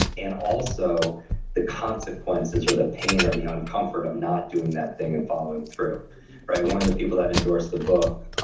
and also the consequences or the pain or the uncomfort of not doing that thing and following through one of the people that endorsed the book,